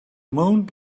moon